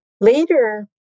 later